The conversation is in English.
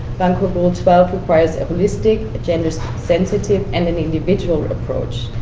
bangkok rule twelve requires a holistic, a gender-sensitive, and an individual approach,